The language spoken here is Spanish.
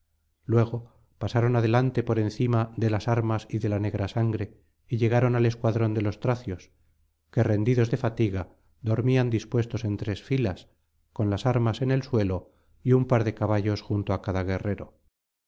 luego pasaron adelante por encima de las armas y de la negra sangre y llegaron al escuadrón de los tracios que rendidos de fatiga dormían dispuestos en tres filas con las armas en el suelo y un par de caballos junto á cada guerrero